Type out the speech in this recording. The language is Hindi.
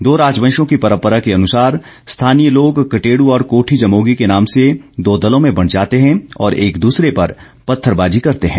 दो राजवंशों की परम्परा के अनुसार स्थानीय लोग कटेडू और कोठी जमोगी के नाम से दो दलों में बंट जाते हैं और एक दूसरे पर पत्थरबाजी करते हैं